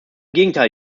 gegenteil